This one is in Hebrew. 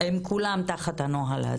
הם כולם תחת הנוהל הזה.